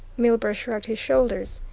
milburgh shrugged his shoulders.